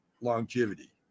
longevity